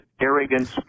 arrogance